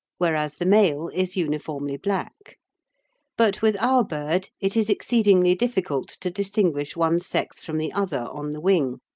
whereas the male is uniformly black but with our bird it is exceedingly difficult to distinguish one sex from the other on the wing,